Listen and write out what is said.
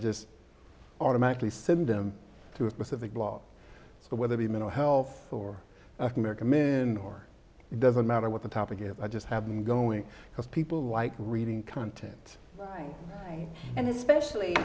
just automatically send them to a specific blog so whether the mental health for america men or doesn't matter what the topic if i just have them going because people like reading content and especially